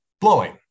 blowing